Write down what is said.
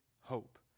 hope